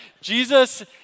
Jesus